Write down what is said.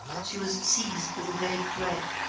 she was seized with a vague dread.